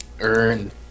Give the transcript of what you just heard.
earn